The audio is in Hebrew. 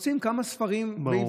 והם רוצים לקנות כמה ספרים בעברית.